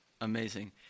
Amazing